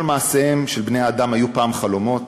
כל מעשיהם של בני-האדם היו פעם חלומות,